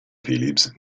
phillips